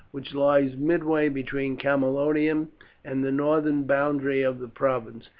which lies midway between camalodunum and the northern boundary of the province,